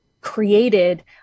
created